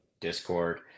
Discord